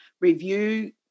review